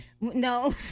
no